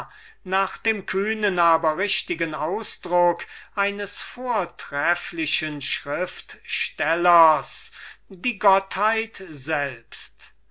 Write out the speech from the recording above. nach dem kühnen aber richtigen ausdruck eines vortrefflichen schrift stellers die gottheit selbst